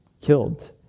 killed